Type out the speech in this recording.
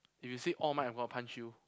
if you say I'm gonna punch you